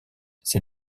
ces